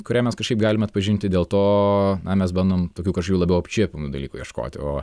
kurią mes kažkaip galime atpažinti dėl to na mes bandom tokių kažkokių labiau apčiuopiamų dalykų ieškoti o